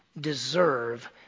deserve